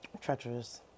Treacherous